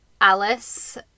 Alice